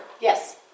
Yes